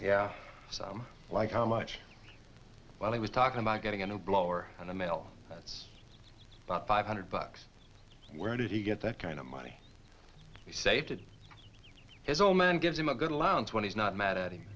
yeah so like how much while he was talking about getting a new blower and a mail that's about five hundred bucks where did he get that kind of money he saved to his old man gives him a good allowance when he's not mad at him